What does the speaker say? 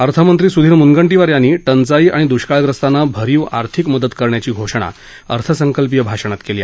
अर्थमंत्री सुधीर मुनगंटीवार यांनी टंचाई आणि दुष्काळग्रस्तांना भरीव आर्थिक मदत करण्याची घोषणा अर्थसंकल्पीय भाषणात केली